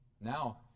Now